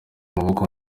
maboko